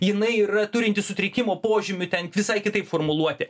jinai yra turinti sutrikimo požymį ten visai kitaip formuluoti